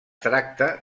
tracta